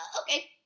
okay